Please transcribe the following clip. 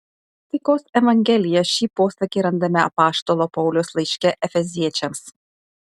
taikos evangelija šį posakį randame apaštalo pauliaus laiške efeziečiams